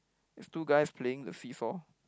there's two guys playing the seesaw